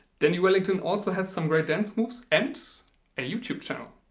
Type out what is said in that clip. dandy wellington also has some great dance moves and a youtube channel.